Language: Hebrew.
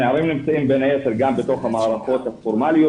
הנערים נמצאים בין היתר גם בתוך המערכות הפורמליות